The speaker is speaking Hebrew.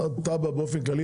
תב"ע באופן כללי.